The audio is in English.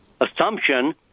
assumption